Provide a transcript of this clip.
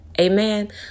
Amen